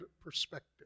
perspective